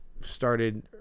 started